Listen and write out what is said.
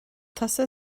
tusa